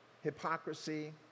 hypocrisy